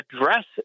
address